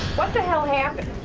what happened.